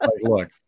look